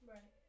Right